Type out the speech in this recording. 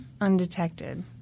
undetected